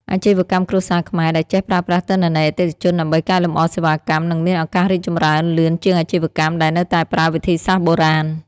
អាជីវកម្មគ្រួសារខ្មែរដែលចេះប្រើប្រាស់ទិន្នន័យអតិថិជនដើម្បីកែលម្អសេវាកម្ម នឹងមានឱកាសរីកចម្រើនលឿនជាងអាជីវកម្មដែលនៅតែប្រើវិធីសាស្ត្របុរាណ។